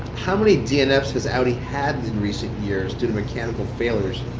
how many dnfs has audi had in recent years due to mechanical failures?